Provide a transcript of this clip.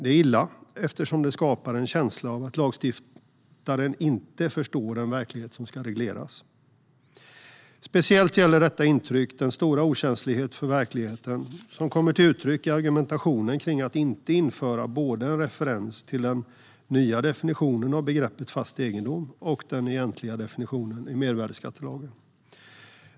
Det är illa, eftersom det skapar en känsla av att lagstiftaren inte förstår den verklighet som ska regleras. Speciellt gäller detta intryck den stora okänslighet för verkligheten som kommer till uttryck i argumentationen kring att inte införa både en referens till den nya definitionen av begreppet fast egendom och den egentliga definitionen i mervärdesskattelagen.